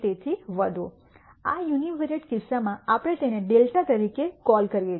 આ યુનિવેરિએંટ કિસ્સામાં આપણે તેને δ તરીકે કોલ કરીએ